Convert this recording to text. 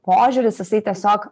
požiūris jisai tiesiog